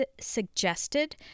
suggested